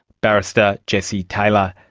barrister jessie taylor.